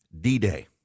D-Day